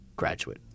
graduate